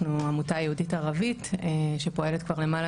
אנחנו עמותה יהודית ערבית שפועלת כבר למעלה